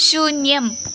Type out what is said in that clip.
शून्यम्